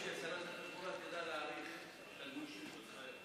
הם יגיעו למעלה ואז נפתח את ההצבעה.